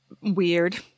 weird